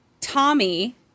Tommy